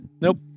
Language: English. Nope